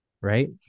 right